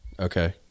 Okay